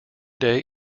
day